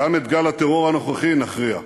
גם את גל הטרור הנוכחי נכריע,